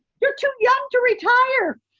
you're too young to retire!